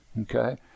okay